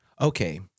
Okay